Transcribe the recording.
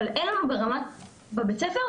אבל אין לנו בבית הספר,